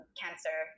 cancer